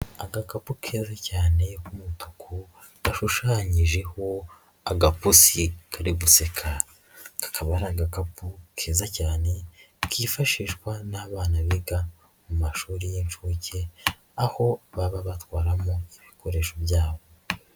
Agakapu keza cyane k'umutuku gashushanyijeho agapusi kari guseka, kakaba ari agakapu keza cyane, kifashishwa n'abana biga mu mashuri y'inshuke, aho baba batwaramo ibikoresho byabo.